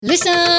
Listen